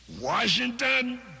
Washington